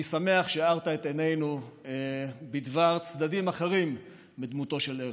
אני שמח שהארת את עינינו בדבר צדדים אחרים בדמותו של הרצל.